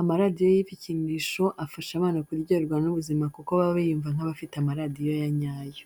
Amaradiyo y'ibikinisho afasha abana kuryoherwa n'ubuzima kuko baba biyumva nk'abafite amaradiyo ya nyayo.